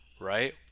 right